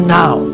now